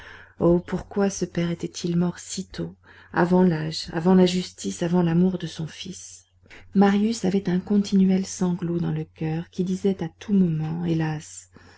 pourquoi ce père était-il mort si tôt avant l'âge avant la justice avant l'amour de son fils marius avait un continuel sanglot dans le coeur qui disait à tout moment hélas